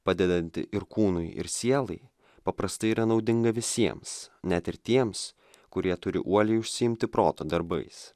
padedanti ir kūnui ir sielai paprastai yra naudinga visiems net ir tiems kurie turi uoliai užsiimti proto darbais